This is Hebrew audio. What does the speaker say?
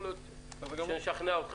יכול להיות שנשכנע אותך,